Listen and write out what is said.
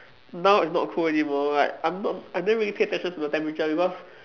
now it's not cold anymore like I'm not I never really pay attention to the temperature because